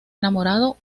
enamorado